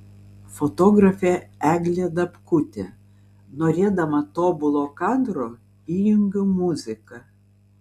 fotografė eglė dabkutė norėdama tobulo kadro įjungiu muziką